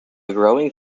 growing